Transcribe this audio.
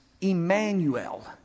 Emmanuel